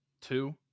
Two